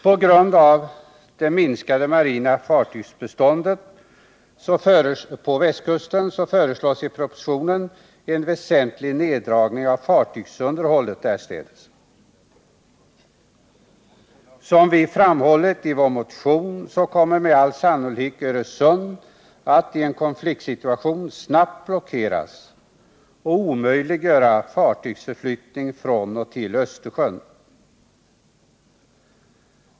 På grund av det minskade marina fartygsbeståndet på västkusten föreslås i propositionen en väsentlig neddragning av fartygsunderhållet därstädes. Som vi framhållit i vår motion kommer med all sannolikhet Öresund att i en konfliktsituation snabbt blockeras och omöjliggöra fartygsförflyttning från och till Östersjön.